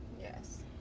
Yes